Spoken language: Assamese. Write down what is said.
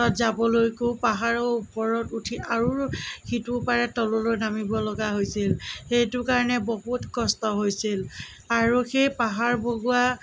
যাবলৈকো পাহাৰৰ ওপৰত উঠি আৰু সিটো পাৰে তললৈ নামিব লগা হৈছিল সেইটো কাৰণে বহুত কষ্ট হৈছিল আৰু সেই পাহাৰ বগোৱা